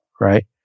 right